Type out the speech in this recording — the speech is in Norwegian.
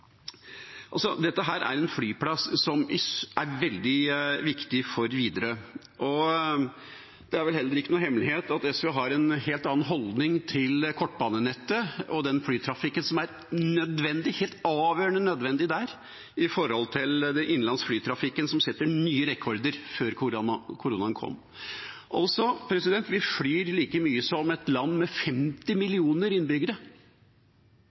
Dette er en flyplass som er veldig viktig for Widerøe. Det er vel heller ikke noen hemmelighet at SV har en helt annen holdning til kortbanenettet og den flytrafikken som er nødvendig, helt avgjørende nødvendig for den innenlands flytrafikken som satte nye rekorder før koronaen kom. Vi flyr like mye som et land med 50 millioner innbyggere